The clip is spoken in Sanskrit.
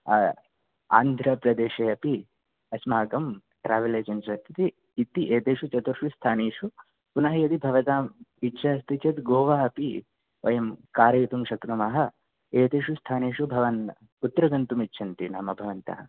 अह् आन्ध्रप्रदेशे अपि अस्माकं ट्रेवल् एजेन्सि इति एतेषु चतुर्षु स्थानेषु पुनः यदि भवताम् इच्छा अस्ति चेत् गोवा अपि वयं कारयितुं शक्नुमः एतेषु स्थानेषु भवान् कुत्र गन्तुमिच्छन्ति नाम भवन्तः